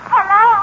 Hello